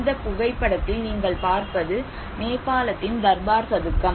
இந்த புகைப்படத்தில் நீங்கள் பார்ப்பது நேபாளத்தின் தர்பார் சதுக்கம்